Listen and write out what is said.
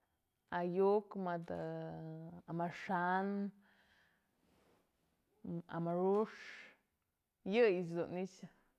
Ayu'uk, mëde amaxa'an, amuru'ux yëyëch dun i'ixë.